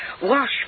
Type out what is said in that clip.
Wash